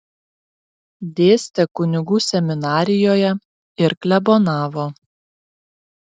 dėstė kunigų seminarijoje ir klebonavo